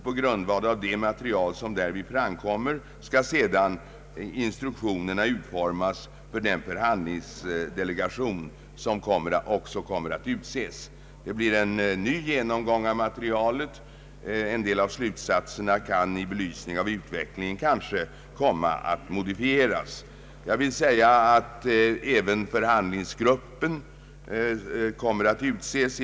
På grundval av det material som därvid framkommer skall sedan instruktionerna utformas för den förhandlingsdelegation som kommer att utses. Det blir en ny genomgång av materialet; en del av slutsatserna kan i belysning av utvecklingen kanske komma att modifieras. Även förhandlingsgruppen kommer inom kort att utses.